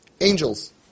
Angels